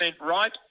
right